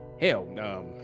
hell